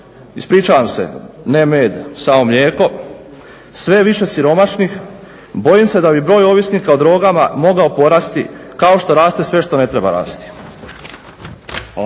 ispričavam se, ne med samo mlijeko, sve je više siromašnih, bojim se da bi broj ovisnika o drogama mogao porasti kao što raste sve što ne treba rasti.